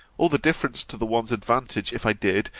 all the difference to the one's disadvantage, if i did,